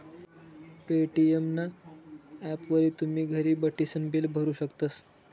Paytm ना ॲपवरी तुमी घर बठीसन बिल भरू शकतस